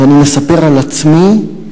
ואני מספר על עצמי: